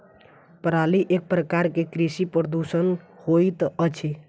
पराली एक प्रकार के कृषि प्रदूषण होइत अछि